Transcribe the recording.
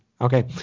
Okay